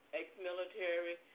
ex-military